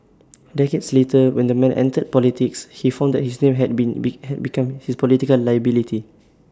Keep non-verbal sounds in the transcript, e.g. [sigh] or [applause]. decades later when the man entered politics he found that his name had been be [unintelligible] had become his political liability